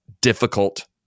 difficult